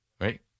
right